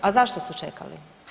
A zašto su čekali?